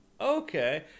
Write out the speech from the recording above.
Okay